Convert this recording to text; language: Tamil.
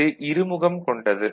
இது இருமுகம் கொண்டது